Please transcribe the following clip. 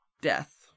death